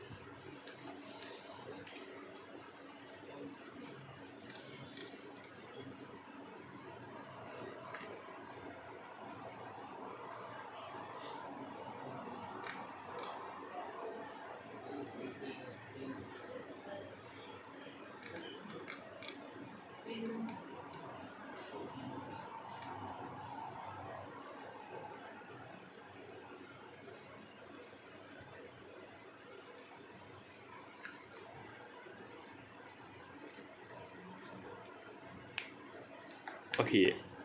okay